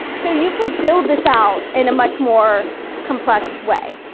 so you could build this out in a much more complex way.